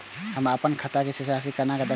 हम अपन खाता के शेष राशि केना देखब?